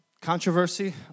controversy